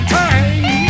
time